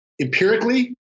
empirically